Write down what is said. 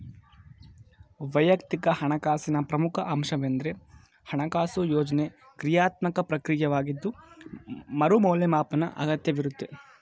ವೈಯಕ್ತಿಕ ಹಣಕಾಸಿನ ಪ್ರಮುಖ ಅಂಶವೆಂದ್ರೆ ಹಣಕಾಸು ಯೋಜ್ನೆ ಕ್ರಿಯಾತ್ಮಕ ಪ್ರಕ್ರಿಯೆಯಾಗಿದ್ದು ಮರು ಮೌಲ್ಯಮಾಪನದ ಅಗತ್ಯವಿರುತ್ತೆ